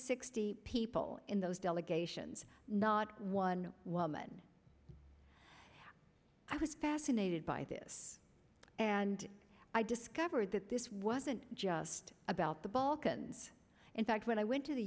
sixty people in those delegations not one woman i was fascinated by this and i discovered that this wasn't just about the balkans in fact when i went to the